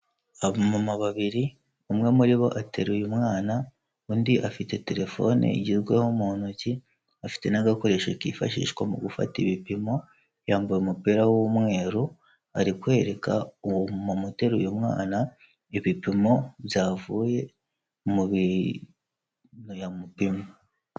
Abamama babiri umwe muri bo ateraruye umwana, undi afite telefone igezweho mu ntoki, afite n'agakoresho kifashishwa mu gufata ibipimo, yambaye umupira w'umweru, ari kwereka uwo mumama uteruye umwana ibipimo byavuye mu bintu yamupimye.